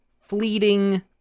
fleeting